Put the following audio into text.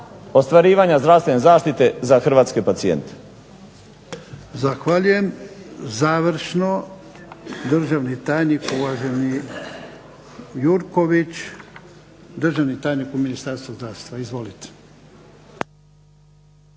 ostvarivanja zdravstvene zaštite za Hrvatske pacijente. **Jarnjak, Ivan (HDZ)** Zahvaljujem. Završno državni tajnik uvaženi Jurković, državni tajnik u Ministarstvu zdravstva.